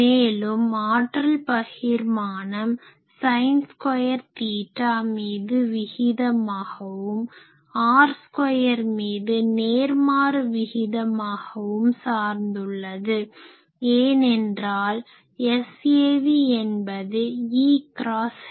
மேலும் ஆற்றல் பகிர்மானம் ஸைன் ஸ்கொயர் தீட்டா மீது விகிதமாகவும் r ஸ்கொயர் மீது நேர்மாறு விகிதமாகவும் சார்ந்துள்ளது ஏனென்றால் Savஎன்பது E க்ராஸ் H